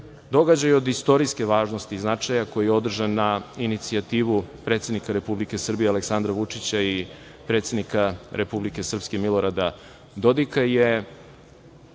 događaj od istorijske važnosti i značaja koji je održan na inicijativu predsednika Republike Srbije Aleksandra Vučića i predsednika Republike Srpske Milorada Dodika, je